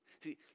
See